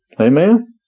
Amen